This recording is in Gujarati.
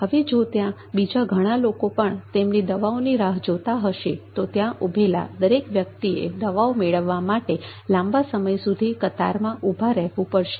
હવે જો ત્યાં બીજા ઘણા લોકો પણ તેમની દવાઓ ની રાહ જોતા હશે તો ત્યાં ઉભેલા દરેક વ્યક્તિએ દવાઓ મેળવવા માટે લાંબા સમય સુધી કતારમાં ઊભા રહેવું પડશે